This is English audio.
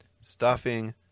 stuffing